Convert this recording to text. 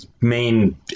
main